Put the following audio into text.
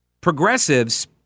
progressives